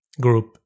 group